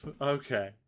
Okay